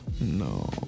No